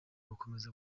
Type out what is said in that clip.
gukomeza